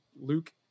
Luke